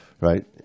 Right